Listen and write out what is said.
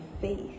faith